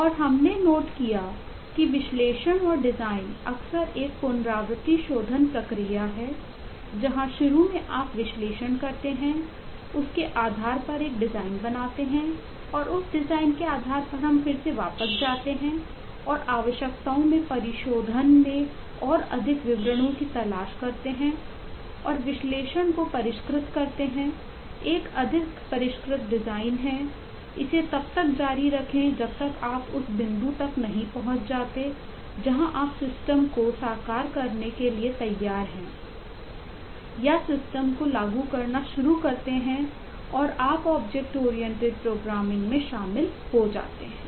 और हमने नोट किया कि विश्लेषण और डिजाइन अक्सर एक पुनरावृत्ति शोधन प्रक्रिया है जहां शुरू में आप विश्लेषण करते हैं उसके आधार पर एक डिज़ाइन बनाते हैं और उस डिज़ाइन के आधार पर हम फिर से वापस जाते हैं और आवश्यकताओं में परिशोधन में और अधिक विवरणों की तलाश करते हैं और विश्लेषण को परिष्कृत करते हैं एक अधिक परिष्कृत डिज़ाइन है इसे तब तक जारी रखें जब तक आप उस बिंदु तक नहीं पहुँच जाते जहाँ आप सिस्टम में शामिल हो जाते हैं